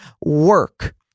work